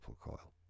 coil